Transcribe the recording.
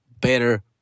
better